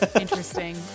Interesting